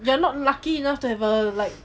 you're not lucky enough to have a like